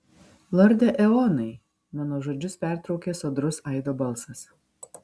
lorde eonai mano žodžius pertraukė sodrus aido balsas